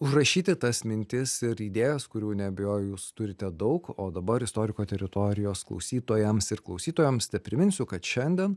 užrašyti tas mintis ir idėjas kurių neabejoju jūs turite daug o dabar istoriko teritorijos klausytojams ir klausytojoms tepriminsiu kad šiandien